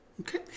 Okay